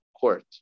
court